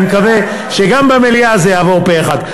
אני מקווה שגם במליאה זה יעבור פה-אחד.